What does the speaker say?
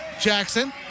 Jackson